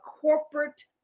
corporate